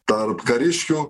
tarp kariškių